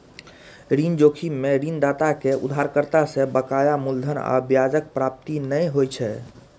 ऋण जोखिम मे ऋणदाता कें उधारकर्ता सं बकाया मूलधन आ ब्याजक प्राप्ति नै होइ छै